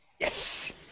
Yes